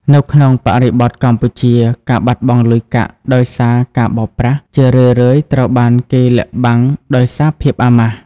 នៅក្នុងបរិបទកម្ពុជា ការបាត់បង់លុយកាក់ដោយសារការបោកប្រាស់ ជារឿយៗត្រូវបានគេលាក់បាំងដោយសារភាពអាម៉ាស់។